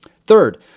Third